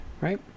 right